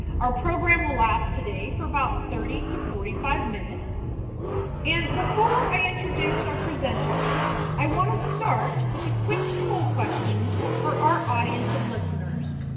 our program will last today for about thirty to forty five minutes and before i introduce our presenters, i wanna start with a quick poll question for our audience of listeners.